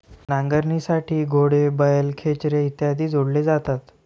नांगरणीसाठी घोडे, बैल, खेचरे इत्यादी जोडले जातात